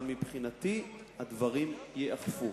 אבל מבחינתי הדברים ייאכפו.